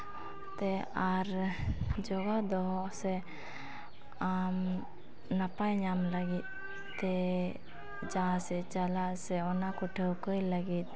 ᱛᱮ ᱟᱨ ᱡᱚᱜᱟᱣ ᱫᱚᱦᱚ ᱥᱮ ᱟᱢ ᱱᱟᱯᱟᱭ ᱧᱟᱢ ᱞᱟᱹᱜᱤᱫᱛᱮ ᱡᱟᱦᱟᱸ ᱥᱮᱫ ᱪᱟᱞᱟᱣ ᱥᱮ ᱚᱱᱟ ᱠᱚ ᱴᱷᱟᱹᱣᱠᱟᱹᱭ ᱞᱟᱹᱜᱤᱫ